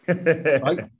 right